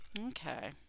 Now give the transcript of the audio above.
Okay